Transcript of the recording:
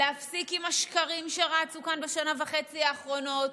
להפסיק את השקרים שרצו כאן בשנה וחצי האחרונות,